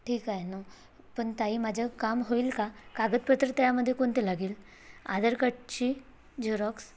ठीक आहे ना पण ताई माझं काम होईल का कागदपत्र त्यामध्ये कोणते लागेल आधार कार्डची झेरॉक्स